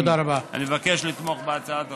אני מבקש לתמוך בהצעת החוק.